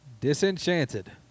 Disenchanted